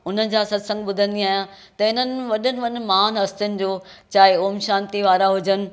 उन्हनि जा सत्संग ॿुधंदी आहियां त हिननि वॾनि वॾनि महान हस्तियुनि जो चाहे ओम शांती वारा हुजनि